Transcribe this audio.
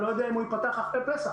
אני לא יודע אם הוא ייפתח אחרי פסח.